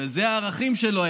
אלה היו הערכים שלו,